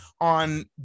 on